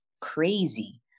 crazy